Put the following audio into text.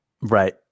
right